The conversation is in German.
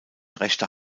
rechter